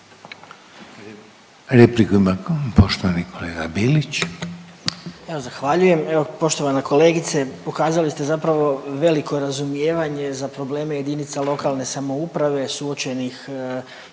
Repliku ima poštovani kolega Bilić.